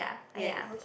yes